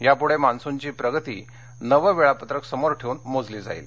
यापूढे मान्सूनची प्रगती नवं वेळापत्रक समोर ठेऊन मोजली जाईल